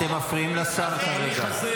אתם מפריעים לשר כרגע.